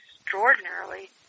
extraordinarily